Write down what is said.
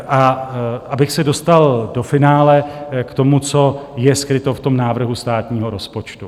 A abych se dostal do finále k tomu, co je skryto v návrhu státního rozpočtu.